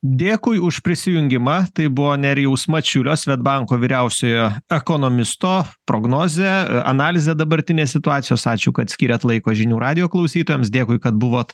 dėkui už prisijungimą tai buvo nerijaus mačiulio svedbanko vyriausiojo ekonomisto prognozė analizė dabartinės situacijos ačiū kad skyrėt laiko žinių radijo klausytojams dėkui kad buvot